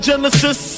Genesis